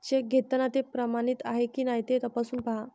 check घेताना ते प्रमाणित आहे की नाही ते तपासून पाहा